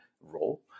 role